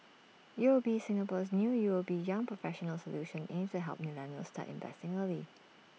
U O B Singapore's new U O B young professionals solution aims to help millennials start investing early